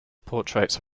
portraits